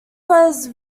was